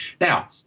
Now